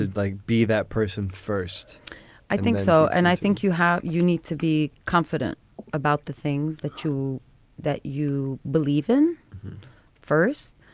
like, be that person first i think so and i think you have you need to be confident about the things that you that you believe in first.